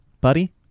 buddy